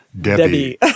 Debbie